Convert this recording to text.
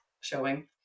showing